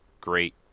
great